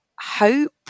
hope